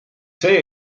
see